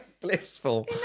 Blissful